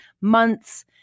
months